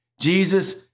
Jesus